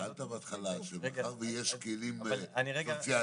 אבל טענת בהתחלה שמאחר שיש כלים סוציאליים,